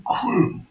Crew